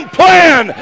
plan